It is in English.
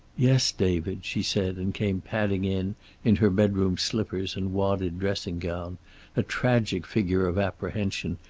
yes, david, she said, and came padding in in her bedroom slippers and wadded dressing-gown, a tragic figure of apprehension,